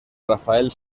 rafael